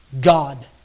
God